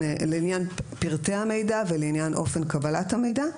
פרטי המידע ולעניין אופן קבלת המידע.